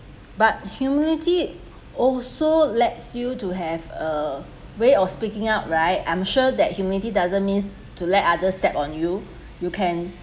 but humility also lets you to have a way of speaking out right I'm sure that humility doesn't means to let others step on you you can